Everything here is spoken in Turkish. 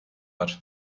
var